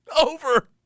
over